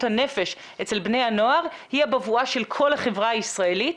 הנפש אצל בני הנוער היא הבבואה של כל החברה הישראלית.